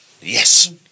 Yes